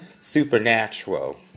Supernatural